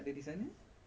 mm betul